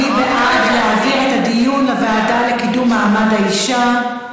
מי בעד להעביר את הדיון לוועדה לקידום מעמד האישה?